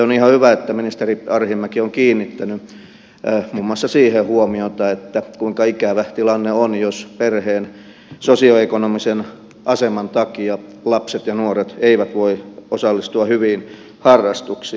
on ihan hyvä että ministeri arhinmäki on kiinnittänyt muun muassa siihen huomiota kuinka ikävä tilanne on jos perheen sosioekonomisen aseman takia lapset ja nuoret eivät voi osallistua hyviin harrastuksiin